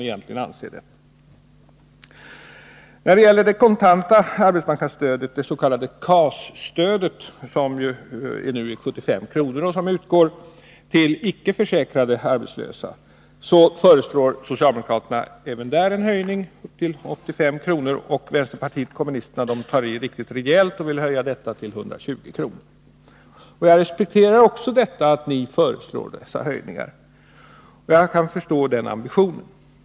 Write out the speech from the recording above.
Även när det gäller det kontanta arbetsmarknadsstödet, det s.k. KAS-stödet, som nu uppgår till 75 kr. och som utgår till icke försäkrade arbetslösa, så föreslår socialdemokraterna en höjning upp till 85 kr. Vänsterpartiet kommunisterna tar i riktigt rejält och vill höja till 120 kr. Jag respekterar också dessa förslag, och jag kan ha förståelse för den ambitionen.